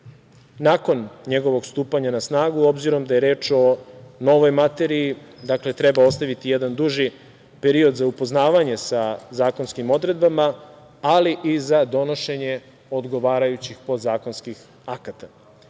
nakon njegovog stupanja na snagu, obzirom da je reč o novoj materiji. Dakle, treba ostaviti jedan duži period za upoznavanje sa zakonskim odredbama, ali i za donošenje odgovarajućih podzakonskih akata. Dakle,